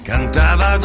Cantava